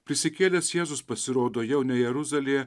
prisikėlęs jėzus pasirodo jau ne jeruzalėje